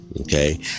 Okay